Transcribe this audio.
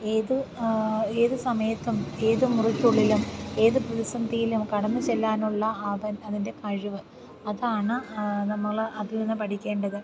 ഏത് ഏത് സമയത്തും ഏതു മുറിക്കുള്ളിലും ഏത് പ്രതിസന്ധിയിലും കടന്നു ചെല്ലാനുള്ള ആ അതിൻ്റെ കഴിവ് അതാണ് നമ്മൾ അതിൽ നിന്ന് പഠിക്കേണ്ടത്